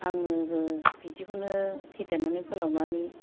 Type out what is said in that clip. आंबो बिदिखौनो फेदेरनानै फोलावनानै